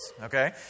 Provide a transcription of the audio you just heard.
okay